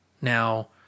Now